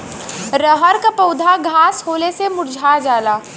रहर क पौधा घास होले से मूरझा जाला